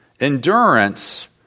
Endurance